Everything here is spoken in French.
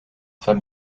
femme